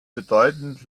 bedeutend